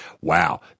wow